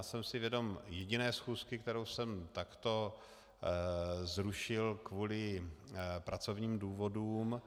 Jsem si vědom jediné schůzky, kterou jsem takto zrušil kvůli pracovním důvodům.